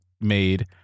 made